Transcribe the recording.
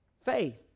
Faith